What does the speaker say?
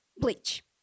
bleach